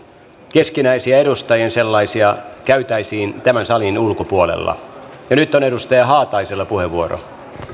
keskinäisiä sellaisia käytäisiin tämän salin ulkopuolella ja nyt on edustaja haataisella puheenvuoro